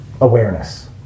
awareness